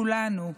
כולנו.